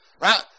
right